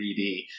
3D